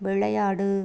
விளையாடு